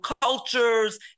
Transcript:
cultures